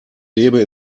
lebe